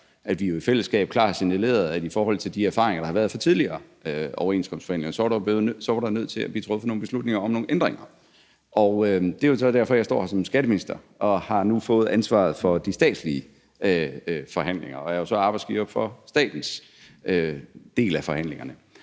at vi i fællesskab klart har signaleret, at i forhold til de erfaringer, der har været fra tidligere overenskomstforhandlinger, så var der nødt til at blive truffet nogle beslutninger om nogle ændringer. Det er jo så derfor, at jeg står her som skatteminister og nu har fået ansvaret for de statslige forhandlinger, og jeg er så arbejdsgiver for statens del af forhandlingerne.